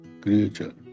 creature